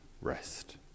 rest